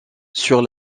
sur